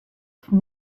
from